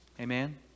Amen